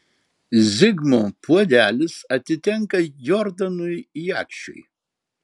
zigmo puodelis atitenka jordanui jakšiui